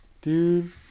Dude